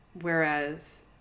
Whereas